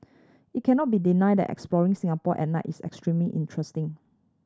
it cannot be denied that exploring Singapore at night is extremely interesting